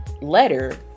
letter